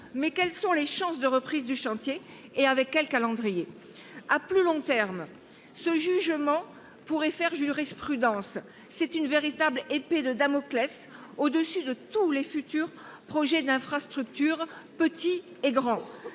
mais quelles sont les chances de reprise du chantier, et avec quel calendrier ? À plus long terme, ce jugement pourrait faire jurisprudence. C’est une véritable épée de Damoclès qui est désormais suspendue au dessus de tous les futurs projets d’infrastructures, petits et grands.